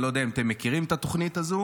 אני לא יודע אם אתם מכירים את התוכנית הזו.